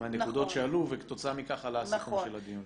מהנקודות שעלו וכתוצאה מכך עלה הסיכום של הדיון.